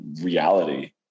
reality